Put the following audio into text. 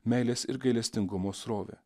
meilės ir gailestingumo srovę